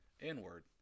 inward